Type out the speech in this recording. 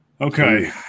Okay